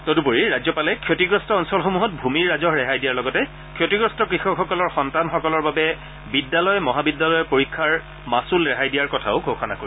তদুপৰি ৰাজ্যপালে ক্ষতিগ্ৰস্ত অঞ্চলসমূহত ভূমিৰ ৰাজহ ৰেহাই দিয়াৰ লগতে ক্ষতিগ্ৰস্ত কৃষকসকলৰ সন্তানসকলৰ বাবে বিদ্যালয় মহাবিদ্যালয়ৰ পৰীক্ষাৰ মাচুল ৰেহাই দিয়াৰ কথাও ঘোষণা কৰিছে